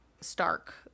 stark